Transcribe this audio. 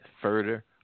further